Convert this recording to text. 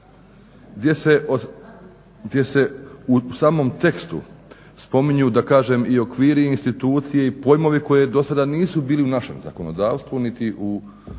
gdje se u samom tekstu spominju da kažem i okviri i institucije i pojmovi koji do sada nisu bili u našem zakonodavstvu počevši